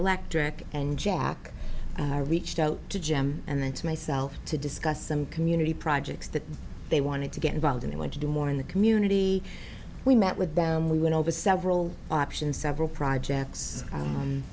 electric and jack reached out to jim and then to myself to discuss some community projects that they wanted to get involved in they want to do more in the community we met with them we went over several options several projects